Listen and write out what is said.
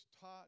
taught